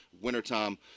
wintertime